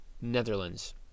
Netherlands